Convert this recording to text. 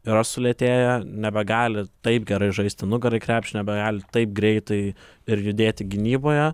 yra sulėtėję nebegali taip gerai žaisti nugara į krepšį nebegali taip greitai ir judėti gynyboje